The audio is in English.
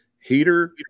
heater